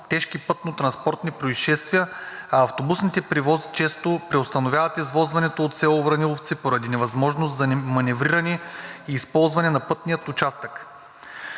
тежки пътнотранспортни произшествия, а автобусните превози често преустановяват извозването от село Враниловци поради невъзможност за маневриране и използване на пътния участък.